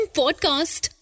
podcast